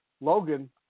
Logan